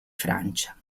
francia